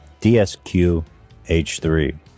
DSQH3